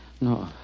No